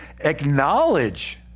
acknowledge